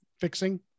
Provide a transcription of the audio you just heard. fixing